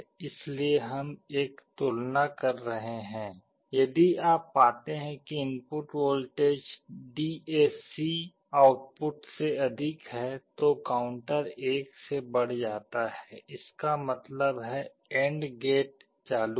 इसलिए हम एक तुलना कर रहे हैं यदि आप पाते हैं कि इनपुट वोल्टेज डीएसी आउटपुट से अधिक है तो काउंटर 1 से बढ़ जाता है इसका मतलब है कि एन्ड गेट चालू है